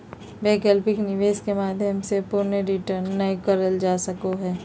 वैकल्पिक निवेश के माध्यम से पूर्ण रिटर्न नय करल जा सको हय